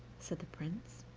said the prince.